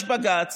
יש בג"ץ